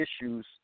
issues